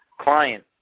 client